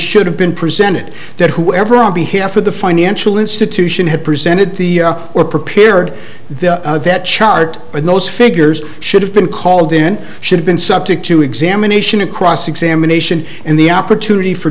should have been presented that whoever on behalf of the financial institution had presented the or prepared the that chart or those figures should have been called in should have been subject to examination and cross examination and the opportunity for